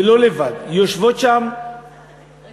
ולא לבד, יושבות שם קבוצות